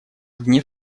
гнев